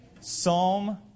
Psalm